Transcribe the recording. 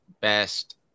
best